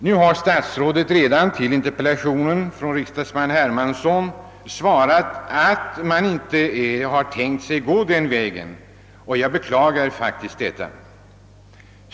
Nu har statsrådet i sitt interpellationssvar till herr Hermansson redan meddelat att han inte ämnar gå den vägen. Jag beklagar detta.